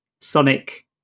Sonic